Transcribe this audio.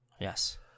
Yes